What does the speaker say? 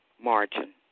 margin